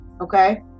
okay